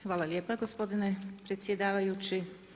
Hvala lijepa gospodine predsjedavajući.